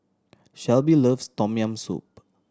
Shelby loves Tom Yam Soup